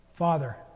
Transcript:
Father